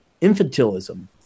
infantilism